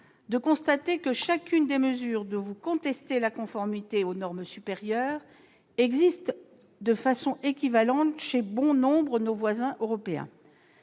de constater que chacune des mesures dont vous contestez la conformité aux normes supérieures existe de façon équivalente chez bon nombre de nos voisins européens.